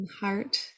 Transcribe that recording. Heart